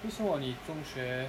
为什么你中学